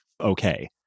okay